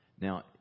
Now